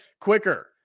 quicker